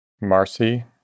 Marcy